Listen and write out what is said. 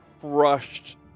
crushed